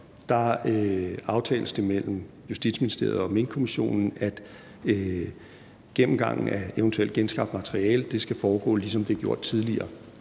aftales mellem Justitsministeriet og Minkkommissionen, at gennemgangen af et eventuelt genskabt materiale skal foregå, ligesom det har gjort tidligere.